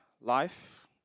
life